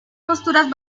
posturas